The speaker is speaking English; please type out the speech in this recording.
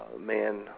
man